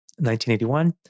1981